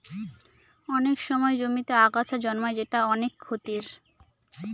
অনেক সময় জমিতে আগাছা জন্মায় যেটা অনেক ক্ষতির